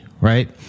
Right